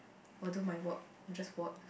or do my work or just work